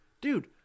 dude